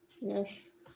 Yes